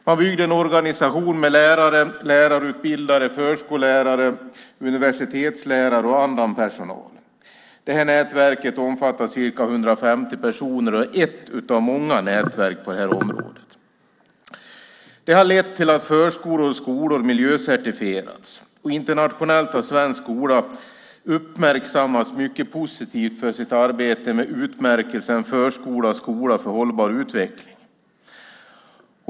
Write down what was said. Man byggde en organisation med lärare, lärarutbildade förskollärare, universitetslärare och annan personal. Det här nätverket omfattar ca 150 personer och är ett av många nätverk på området. Det här har lett till att förskolor och skolor miljöcertifierats. Internationellt har den svenska skolan uppmärksammats mycket positivt för sitt arbete med utmärkelsen Förskola och Skola för hållbar utveckling.